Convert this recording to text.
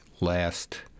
last